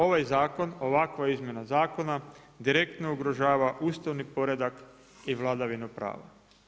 Ovaj zakon, ovakva izmjena zakona direktno ugrožava ustavni poredak i vladavinu prava.